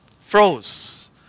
Froze